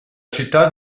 città